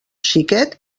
xiquet